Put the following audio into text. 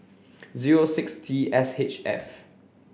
zero six T S H F